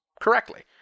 correctly